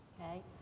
okay